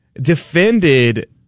defended